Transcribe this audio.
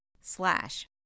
slash